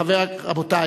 רבותי,